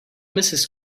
mrs